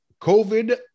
COVID